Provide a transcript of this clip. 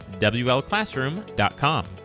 WLClassroom.com